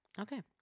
Okay